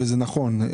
וזה נכון,